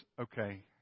okay